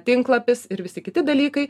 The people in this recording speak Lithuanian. tinklapis ir visi kiti dalykai